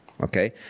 Okay